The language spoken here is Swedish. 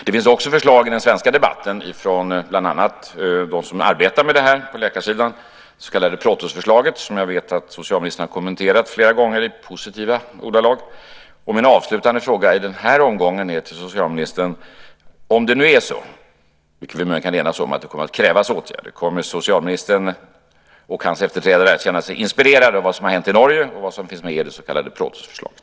Det finns också förslag i den svenska debatten från bland annat dem som arbetar med detta på läkarsidan, det så kallade Protosförslaget, som jag vet att socialministern har kommenterat flera gånger i positiva ordalag. Min avslutande fråga till socialministern i den här omgången är: Om det nu är så, vilket vi möjligen kan enas om, att det kommer att krävas åtgärder, kommer socialministern och hans efterträdare att känna sig inspirerade av vad som har hänt i Norge och vad som finns med i det så kallade Protosförslaget?